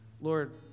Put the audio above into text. Lord